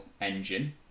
engine